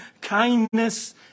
kindness